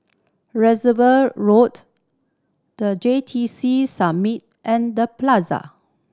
Reservoir Road The J T C Summit and The Plaza